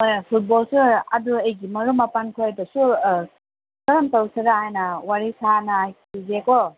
ꯍꯣꯏ ꯐꯨꯠꯕꯣꯜꯁꯨ ꯑꯗꯨ ꯑꯩꯒꯤ ꯃꯔꯨꯞ ꯃꯄꯥꯡ ꯈꯣꯏꯗꯁꯨ ꯀꯔꯝ ꯇꯧꯁꯤꯔꯥ ꯍꯥꯏꯅ ꯋꯥꯔꯤ ꯁꯥꯟꯅꯈꯤꯒꯦ ꯀꯣ